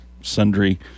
sundry